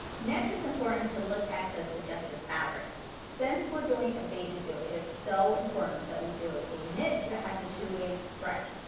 next, it's important to look at the suggested fabrics. since we are doing a bathing suit, it is so important that we do a knit that has a two-way stretch.